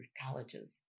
colleges